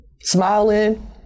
Smiling